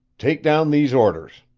take down these orders.